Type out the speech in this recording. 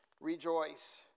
rejoice